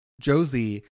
Josie